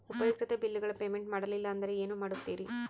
ಉಪಯುಕ್ತತೆ ಬಿಲ್ಲುಗಳ ಪೇಮೆಂಟ್ ಮಾಡಲಿಲ್ಲ ಅಂದರೆ ಏನು ಮಾಡುತ್ತೇರಿ?